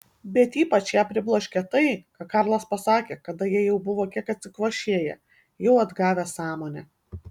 bet ypač ją pribloškė tai ką karlas pasakė kada jie jau buvo kiek atsikvošėję jau atgavę sąmonę